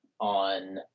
on